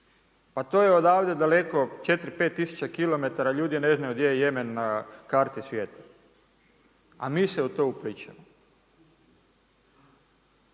pa to je odavde daleko 4, 5 tisuća kilometara, ljudi ne znaju gdje je Jemen na karti svijeta, a mi se u to uplićemo.